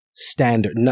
standard